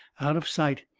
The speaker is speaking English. out of sight,